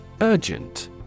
Urgent